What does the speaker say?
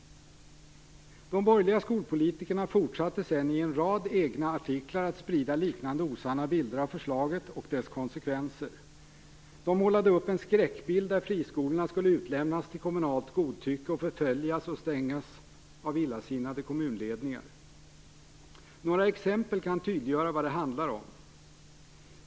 De borgerliga skolpolitikerna fortsatte sedan i en rad egna artiklar att sprida liknande osanna bilder av förslaget och dess konsekvenser. De målade upp en skräckbild, där friskolorna skulle utlämnas till kommunalt godtycke och stängas av mängder av illasinnade kommunledningar. Några exempel kan tydliggöra vad det handlar om.